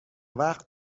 وقت